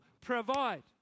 provide